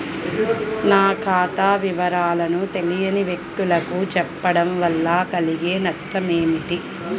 నా ఖాతా వివరాలను తెలియని వ్యక్తులకు చెప్పడం వల్ల కలిగే నష్టమేంటి?